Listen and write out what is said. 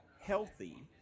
healthy